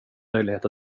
möjlighet